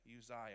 Uzziah